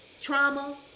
trauma